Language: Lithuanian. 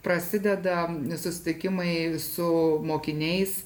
prasideda susitikimai su mokiniais